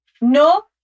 No